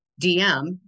DM